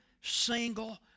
single